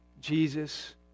Jesus